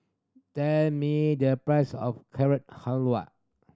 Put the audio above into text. tell me the price of Carrot Halwa